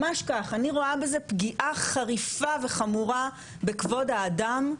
אני רואה בזה פגיעה חריפה וחמורה בכבוד האדם.